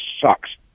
sucks